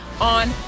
on